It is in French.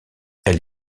elle